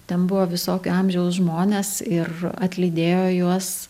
ten buvo visokio amžiaus žmonės ir atlydėjo juos